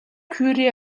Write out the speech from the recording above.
кюре